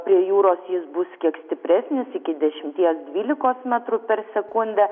prie jūros jis bus kiek stipresnis iki dešimties dvylikos metrų per sekundę